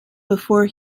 before